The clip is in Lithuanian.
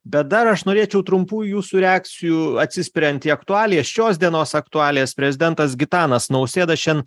bet dar aš norėčiau trumpų jūsų reakcijų atsispiriant į aktualiją šios dienos aktualijas prezidentas gitanas nausėda šian